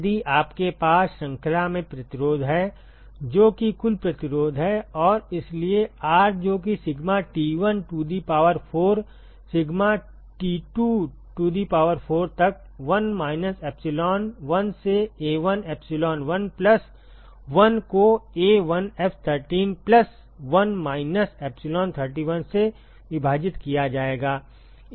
यदि आपके पास श्रृंखला में प्रतिरोध हैं जो कि कुल प्रतिरोध है और इसलिए R जो कि sigma T1 to the power 4 sigma T2 to the power 4 तक 1 माइनस एप्सिलॉन1 से A1 एप्सिलॉन 1 प्लस 1 को A1F13 प्लस 1 माइनस एप्सिलॉन31 से विभाजित किया जाएगा